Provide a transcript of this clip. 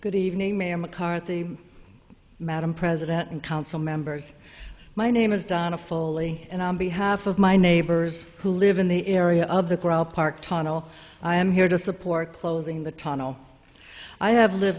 good evening mayor mccarthy madam president and council members my name is donna foley and on behalf of my neighbors who live in the area of the crawl park tunnel i am here to support closing the tunnel i have lived